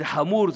זה חמור,